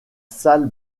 salle